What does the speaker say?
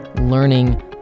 learning